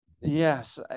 Yes